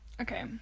Okay